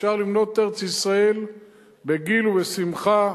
אפשר לבנות את ארץ-ישראל בגיל ובשמחה,